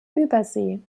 übersee